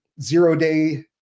zero-day